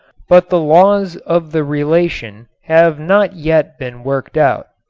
but the laws of the relation have not yet been worked out.